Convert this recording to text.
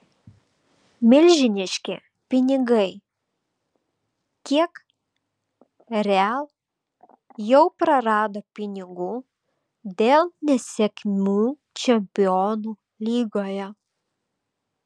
milžiniški pinigai kiek real jau prarado pinigų dėl nesėkmių čempionų lygoje